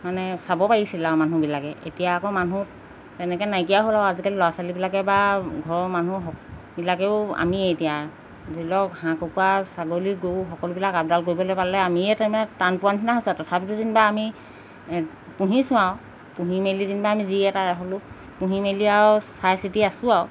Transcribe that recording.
মানে চাব পাৰিছিল আৰু মানুহবিলাকে এতিয়া আকৌ মানুহ তেনেকৈ নাইকীয়া হ'ল আৰু আজিকালি ল'ৰা ছোৱালীবিলাকে বা ঘৰৰ মানুহবিলাকেও আমিয়েই এতিয়া ধৰি লওক হাঁহ কুকুৰা ছাগলী গৰু সকলোবিলাক আপডাল কৰিবলৈ পালে আমিয়ে তাৰমানে টান পোৱা নিচিনা হৈছে তথাপিতো যেনিবা আমি পুহিছোঁ আৰু পুহি মেলি যেনিবা আমি যি এটা হ'লো পুহি মেলি আৰু চাই চিতি আছোঁ আৰু